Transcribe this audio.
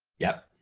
yep.